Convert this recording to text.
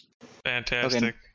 Fantastic